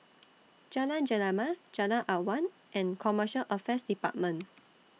Jalan Gemala Jalan Awan and Commercial Affairs department